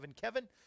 Kevin